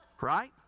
right